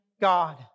God